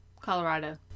Colorado